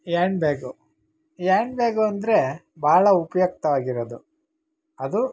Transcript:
and bag handbag ಅಂದರೆ ಬಹಳ ಉಪಯುಕ್ತವಾಗಿರೋದು ಅದು